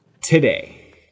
today